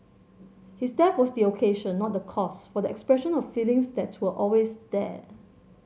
his death was the occasion not the cause for the expression of feelings that were always there